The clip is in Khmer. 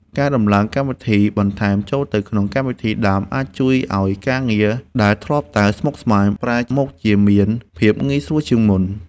ការដំឡើងកម្មវិធីបន្ថែមចូលទៅក្នុងកម្មវិធីដើមអាចជួយឱ្យការងារដែលធ្លាប់តែស្មុគស្មាញប្រែមកជាមានភាពងាយស្រួលជាងមុន។